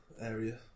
area